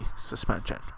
suspension